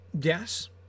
Yes